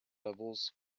levels